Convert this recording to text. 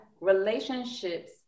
relationships